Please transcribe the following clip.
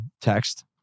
text